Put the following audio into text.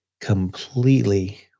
completely